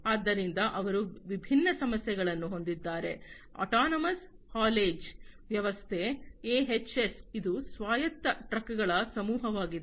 ಆದ್ದರಿಂದ ಅವರು ವಿಭಿನ್ನ ವ್ಯವಸ್ಥೆಗಳನ್ನು ಹೊಂದಿದ್ದಾರೆ ಆಟಾನಮಸ್ ಹೌಲೇಜ್ ವ್ಯವಸ್ಥೆ ಎಹೆಚ್ಎಸ್ ಇದು ಸ್ವಾಯತ್ತ ಟ್ರಕ್ಗಳ ಸಮೂಹವಾಗಿದೆ